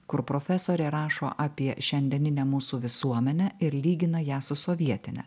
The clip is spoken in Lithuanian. kur profesorė rašo apie šiandieninę mūsų visuomenę ir lygina ją su sovietine